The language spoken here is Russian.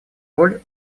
роль